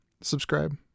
subscribe